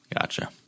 Gotcha